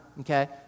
okay